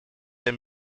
der